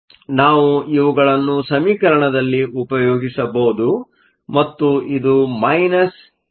ಆದ್ದರಿಂದ ನಾವು ಇವುಗಳನ್ನು ಸಮೀಕರಣದಲ್ಲಿ ಉಪಯೋಗಿಸಬಹುದು ಮತ್ತು ಇದು ಮೈನಸ್ 0